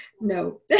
No